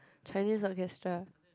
Chinese orchestra